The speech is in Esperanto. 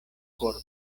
korpo